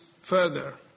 further